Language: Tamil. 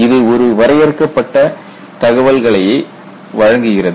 இது ஒரு வரையறுக்கப்பட்ட தகவல்களையே வழங்குகிறது